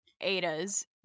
Ada's